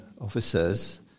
officers